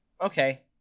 Okay